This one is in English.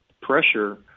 pressure –